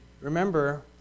Remember